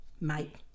Mate